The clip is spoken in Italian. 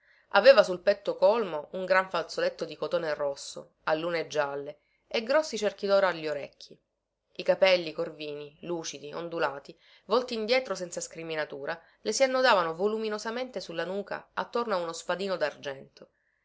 aveva sul petto colmo un gran fazzoletto di cotone rosso a lune gialle e grossi cerchi doro agli orecchi i capelli corvini lucidi ondulati volti indietro senza scriminatura le si annodavano voluminosamente sulla nuca attorno a uno spadino dargento